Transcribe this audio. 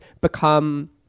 become